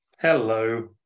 Hello